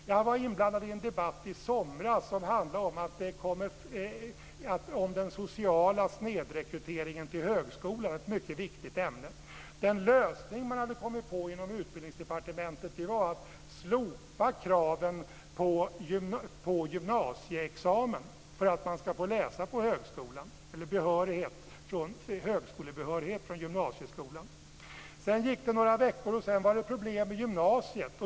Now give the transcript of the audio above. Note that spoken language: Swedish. Jag var inblandad i en debatt i somras som handlade om den sociala snedrekryteringen till högskolan, ett mycket viktigt ämne. Den lösning man hade kommit på inom Utbildningsdepartementet var att slopa kraven på högskolebehörighet från gymnasieskolan för att elever skulle få läsa på högskolan. Sedan gick det några veckor, och så var det problem med gymnasiet.